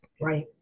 Right